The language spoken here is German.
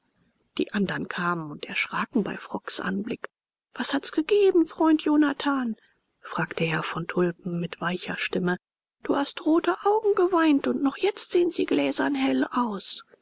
die andern kamen und erschraken bei frock's anblick was hat's gegeben freund jonathan fragte herr von tulpen mit weicher stimme du hast rote augen geweint und noch jetzt sehen sie gläsern hell aus